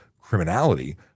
criminality